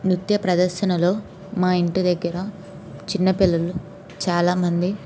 నృత్య ప్రదర్శనలో మా ఇంటి దగ్గర చిన్నపిల్లలు చాలామంది